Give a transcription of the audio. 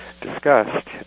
discussed